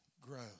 grow